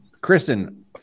Kristen